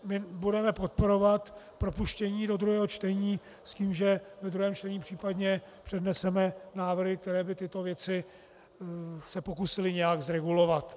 My budeme podporovat propuštění do druhého čtení s tím, že ve druhém čtení případně předneseme návrhy, které by se tyto věci pokusily nějak zregulovat.